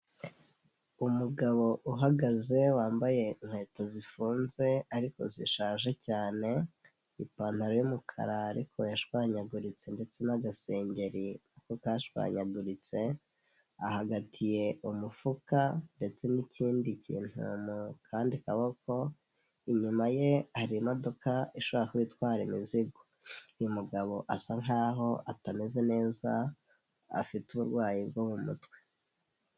Umugabo uhagaze, wambaye inkweto zifunze ariko zishaje cyane, ipantaro y'umukara ariko yashwanyaguritse ndetse n'agasengeri nako kashwanyaguritse, ahagatiye umufuka ndetse n'ikindi kintu mu kandi kaboko, inyuma ye hari imodoka ishobora kuba itwara imizigo. Uyu mugabo asa nk'aho atameze neza, afite uburwayi bwo mu mutwe.